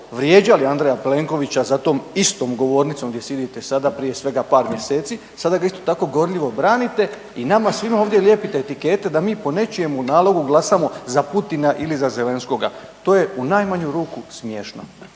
vrijeđali Andreja Plenkovića za tom istom govornicom gdje sjedite sada prije svega par mjeseci, sada ga isto tako gorljivo branite i nama svima ovdje lijepite etikete da mi po nečijemu nalogu glasamo za Putina ili za Zelenskoga, to je u najmanju ruku smiješno.